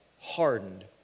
hardened